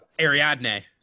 ariadne